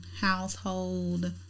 household